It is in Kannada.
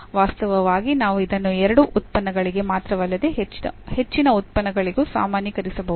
ವಾಸ್ತವವಾಗಿ ನಾವು ಇದನ್ನು ಎರಡು ಉತ್ಪನ್ನಗಳಿಗೆ ಮಾತ್ರವಲ್ಲದೆಹೆಚ್ಚಿನ ಉತ್ಪನ್ನಗಳಿಗೂ ಸಾಮಾನ್ಯೀಕರಿಸಬಹುದು